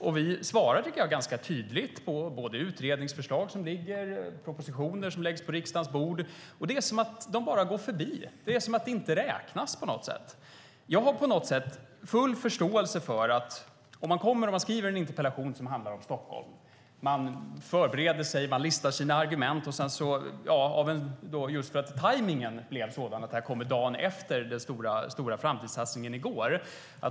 Jag tycker att vi svarade ganska tydligt både när det gäller utredningsförslag som ligger och propositioner som läggs på riksdagens bord. Det är som att de bara går förbi. Det är som att det inte räknas, på något sätt. Jag har full förståelse för att om man skriver en interpellation som handlar om Stockholm förbereder man sig och listar sina argument. Sedan kan tajmningen bli sådan att detta kommer dagen efter den stora framtidssatsningen i går.